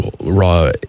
raw